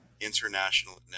international